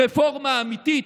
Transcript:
רפורמה אמיתית,